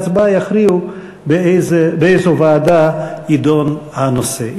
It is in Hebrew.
בהצבעה יכריעו באיזו ועדה יידון הנושא.